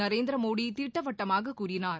நரேந்திரமோடி திட்டவட்டமாக கூறினார்